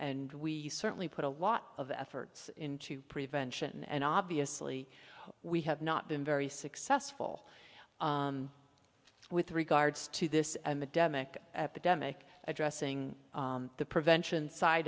and we certainly put a lot of efforts into prevention and obviously we have not been very successful with regards to this demick epidemic addressing the prevention side